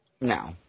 No